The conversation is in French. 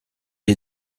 est